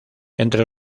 entre